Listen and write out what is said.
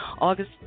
August